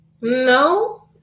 No